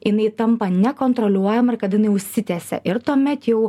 jinai tampa nekontroliuojama ir kada jinai užsitęsia ir tuomet jau